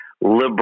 liberal